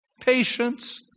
Patience